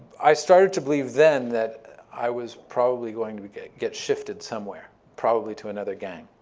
i started to believe then that i was probably going to get get shifted somewhere, probably to another gang,